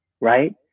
right